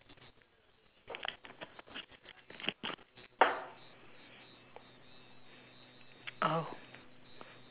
oh